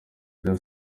rya